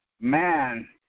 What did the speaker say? Man